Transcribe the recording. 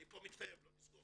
אני פה מתחייב שלא נסגור.